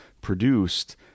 produced